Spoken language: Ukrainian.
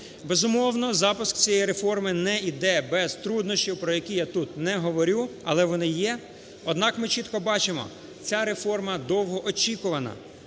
Безумовно, запуск цієї реформи не іде без труднощів, про які я тут не говорю, але вони є. Однак, ми чітко бачимо, ця реформа довгоочікувана,